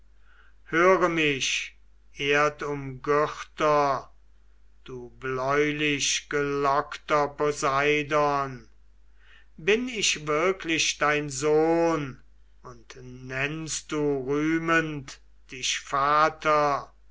höre mich erdumgürter du bläulichgelockter poseidon bin ich wirklich dein sohn und nennst du rühmend dich vater